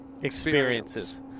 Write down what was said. experiences